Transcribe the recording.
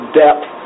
depth